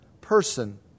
person